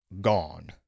gone